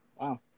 Wow